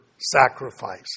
sacrifice